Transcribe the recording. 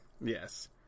Yes